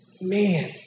Man